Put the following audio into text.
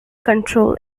control